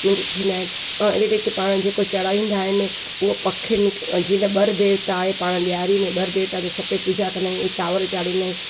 उन्हनि खे थींदा आहिनि और इने ते पाण जेको चढ़ाईंदा आहिनि उहो पखियुनि जीअं ॿर देवता आहे पाण ॾियारी में ॿर देवता खे छपे पूॼा कंदा आहियूं उहे चांवर चाढ़ींदा आहियूं